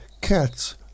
cats